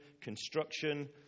construction